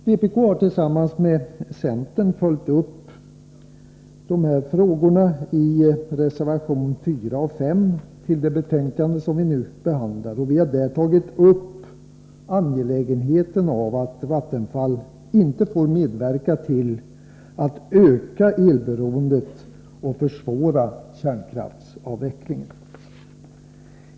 Vpk har tillsammans med centern följt upp dessa frågor i reservationerna 4 och 5 till det betänkande vi nu behandlar. Vi har där tagit upp att det är angeläget att Vattenfall inte får medverka till att öka elberoendet och försvåra kärnkraftsavvecklingen.